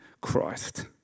Christ